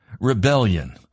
rebellion